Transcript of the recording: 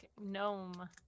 Gnome